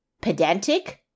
pedantic